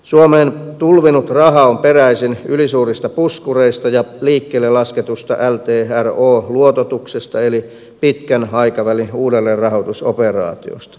suomeen tulvinut raha on peräisin ylisuurista puskureista ja liikkeelle lasketusta ltro luototuksesta eli pitkän aikavälin uudelleenrahoitusoperaatiosta